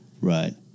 Right